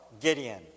Gideon